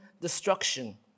destruction